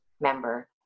member